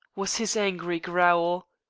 was his angry growl.